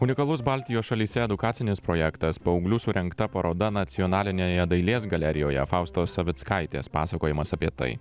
unikalus baltijos šalyse edukacinis projektas paauglių surengta paroda nacionalinėje dailės galerijoje faustos savickaitės pasakojimas apie tai